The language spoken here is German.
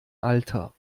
alter